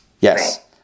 Yes